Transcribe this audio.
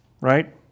right